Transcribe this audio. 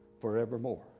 forevermore